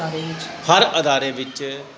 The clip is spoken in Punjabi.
ਹਰ ਅਦਾਰੇ ਵਿੱਚ